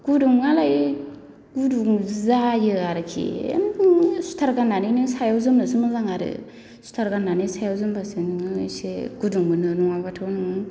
गुदुङालाय गुदुं जायो आरोखि सुइथार गान्नानै नों सायाव जोमनोसो मोजां आरो सुथार गान्नानै सायाव जोमबासो नोङो एसे गुदुं मोनो नङाबाथ' नोङो